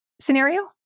scenario